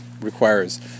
requires